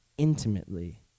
intimately